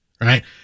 right